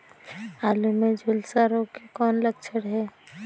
आलू मे झुलसा रोग के कौन लक्षण हे?